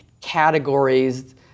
categories